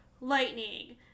lightning